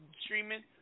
streaming